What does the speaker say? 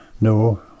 no